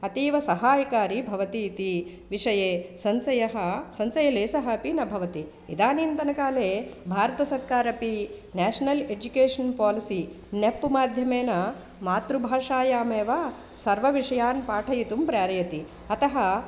अतीवसहायकारी भवती इति विषये संशयः संशयलेशः अपि न भवति इदानीन्तनकाले भारतसर्कारपि न्याषनल् एजुकेषन् पालसि नेप् माध्यमेन मातृभाषायामेव सर्वविषयान् पाठयितुं प्रेरयति अतः